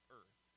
earth